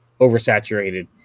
oversaturated